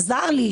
שעזר לי,